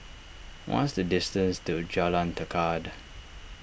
what is the distance to Jalan Tekad